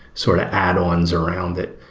sort of add-ons around it.